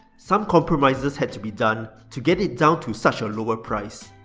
some compromises had to be done to get it down to such a lower price,